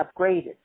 upgraded